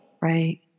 Right